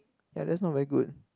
ya that's not very good